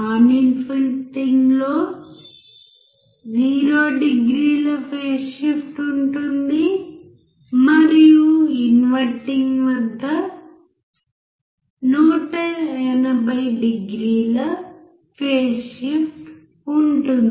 non inverting లో 0 డిగ్రీల phase shift ఉంటుంది మరియు ఇన్వర్టింగ్ వద్ద 180డిగ్రీల ఫేస్ షిఫ్టు ఉంటుంది